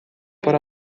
para